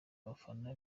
bafana